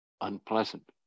unpleasant